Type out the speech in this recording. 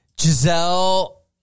Giselle